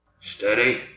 Steady